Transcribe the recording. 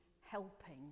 helping